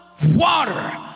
water